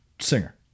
singer